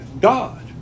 God